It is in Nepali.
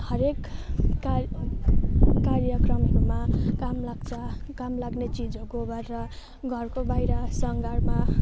हरेक कार कार्यक्रमहरूमा काम लाग्छ कामलाग्ने चिज हो गोबर र घरको बाहिर सङ्घारमा